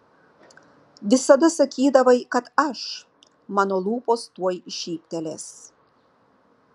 visada sakydavai kad aš mano lūpos tuoj šyptelės